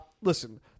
Listen